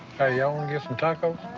hey, y'all wanna get some tacos?